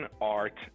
art